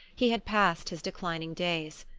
he had passed his declining days.